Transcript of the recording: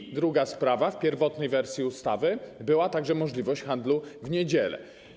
I druga sprawa: w pierwotnej wersji ustawy była także możliwość handlu w niedziele.